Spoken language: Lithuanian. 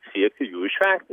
siekti jų išvengti